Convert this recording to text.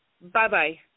Bye-bye